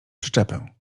przyczepę